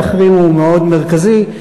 לאחרים הוא מאוד מרכזי,